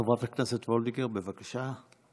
חברת הכנסת וולדיגר, בבקשה.